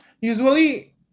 usually